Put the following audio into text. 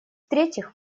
третьих